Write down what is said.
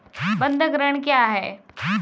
बंधक ऋण क्या है?